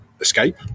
escape